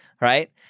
right